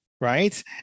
right